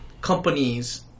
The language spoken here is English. companies